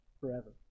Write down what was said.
forever